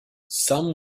some